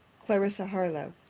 clarissa harlowe.